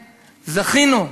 זכינו,